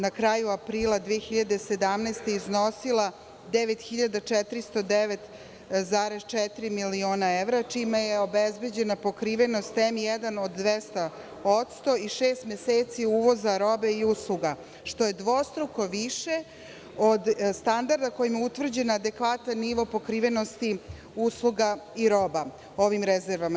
Na kraju aprila 2017. godine je iznosila 9.409,4 miliona evra, čime je obezbeđena pokrivenost M1 od 200% i šest meseci uvoza robe i usluga, što je dvostruko više od standarda kojima je utvrđen adekvatan nivo pokrivenosti usluga i roba ovim rezervama.